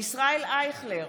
ישראל אייכלר,